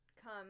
come